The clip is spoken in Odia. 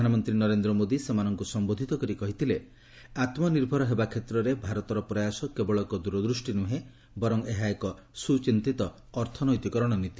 ପ୍ରଧାନମନ୍ତ୍ରୀ ନରେନ୍ଦ୍ର ମୋଦୀ ସେମାନଙ୍କୁ ସମ୍ବୋଧିତ କରି କହିଥିଲେ ଆତ୍ମ ନିର୍ଭର ହେବା କ୍ଷେତ୍ରରେ ଭାରତର ପ୍ରୟାସ କେବଳ ଏକ ଦୂରଦୃଷ୍ଟି ନୁହେଁ ବରଂ ଏହା ଏକ ସୁଚିନ୍ତିତ ଅର୍ଥନୈତିକ ରଣନୀତି